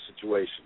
situation